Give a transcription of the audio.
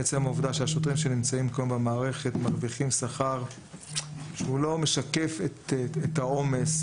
עצם העובדה שהשוטרים שנמצאים במערכת מרוויחים שכר שלא משקף את העומס,